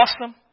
awesome